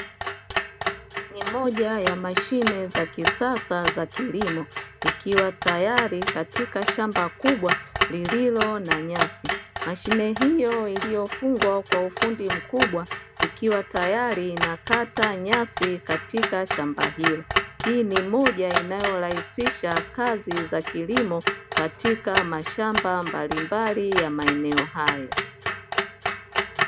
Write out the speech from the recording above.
Ni moja ya mashine za kisasa za kilimo ikiwa tayari katika shamba kubwa lililo na nyasi. Mashine hiyo iliyofungwa kwa ufundi mkubwa ikiwa tayari inakata nyasi katika shamba hilo. Hii ni aina moja inayorahisisha kazi za kilimo katika mashamba mbalimbali ya maeneo hayo.